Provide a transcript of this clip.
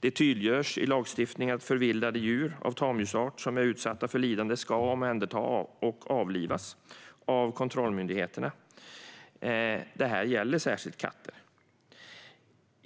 Det tydliggörs i lagstiftningen att förvildade djur av tamdjursart som är utsatta för lidande ska omhändertas och avlivas av kontrollmyndigheterna. Detta gäller särskilt katter.